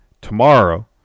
tomorrow